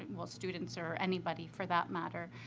well, students or anybody for that matter.